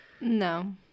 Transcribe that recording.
No